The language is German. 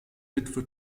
witwe